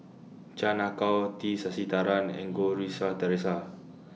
Chan Ah Kow T Sasitharan and Goh Rui Si Theresa